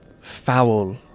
foul